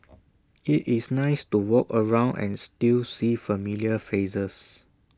IT is nice to walk around and still see familiar faces